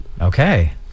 Okay